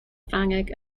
ffrangeg